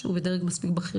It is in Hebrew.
שהוא בדרג בכיר,